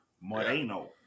Moreno